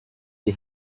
the